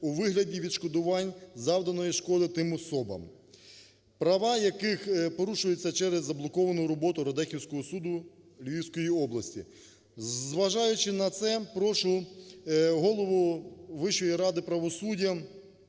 у вигляді відшкодувань завданої шкоди тим особам, права яких порушуються через заблоковану роботу Радехівського суду Львівської області. Зважаючи на це, прошу Голову Вищої ради правосуддя